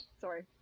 sorry